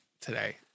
today